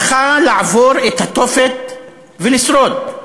זכה לעבור את התופת ולשרוד.